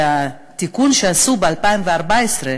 שהתיקון שעשו ב-2014,